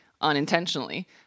unintentionally